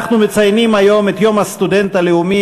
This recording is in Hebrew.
אנחנו מציינים היום את יום הסטודנט הלאומי,